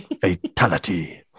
Fatality